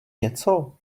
něco